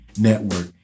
network